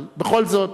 אבל בכל זאת,